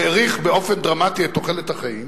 האריך באופן דרמטי את תוחלת החיים,